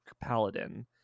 paladin